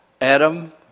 Adam